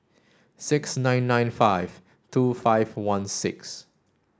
six nine nine five two five one six